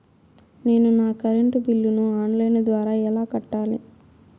నేను నా కరెంటు బిల్లును ఆన్ లైను ద్వారా ఎలా కట్టాలి?